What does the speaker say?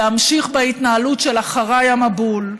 להמשיך בהתנהלות של אחריי המבול,